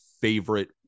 favorite